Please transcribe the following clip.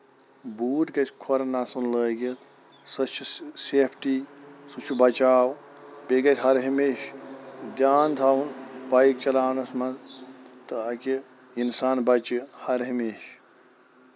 boot گژھِ کھۄرن آسُن لٲگِتھ سۄ چھِ سیفٹی سُہ چھُ بَچاوو بیٚیہِ گژھِ ہر ہَمیشہٕ دھیان تھاوُن بایک چلاونَس منٛز تاکہِ اِنسان بَچہِ ہر ہمیشہٕ